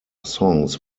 songs